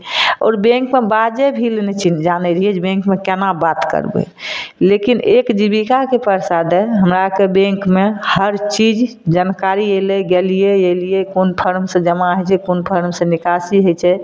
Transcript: आओर बैंकमे बाजय भी लै नहि चिन जाने रहिए जे बैंकमे केना बात करबै लेकिन एक जीबिकाके प्रसादे हमरा आरके बैंकमे हर चीज जानकारी अयलै गेलिए एलिए कोन फोर्म से जमा होइ छै कोन फोर्म से निकासी होइ छै